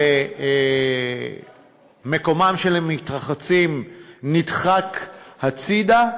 ומקומם של המתרחצים נדחק הצדה.